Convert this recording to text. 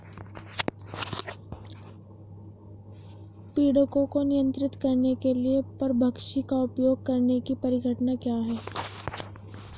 पीड़कों को नियंत्रित करने के लिए परभक्षी का उपयोग करने की परिघटना क्या है?